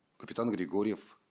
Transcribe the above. captain grigoryev.